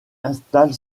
installe